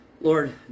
Lord